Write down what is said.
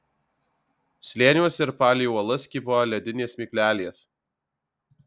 slėniuose ir palei uolas kybojo ledinės miglelės